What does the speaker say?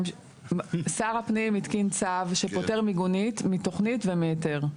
שר הפנים התקין צו שפוטר מיגונית מתוכנית ומהיתר.